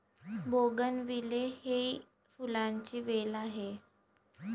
bougainvillea ही फुलांची वेल आहे